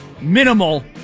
minimal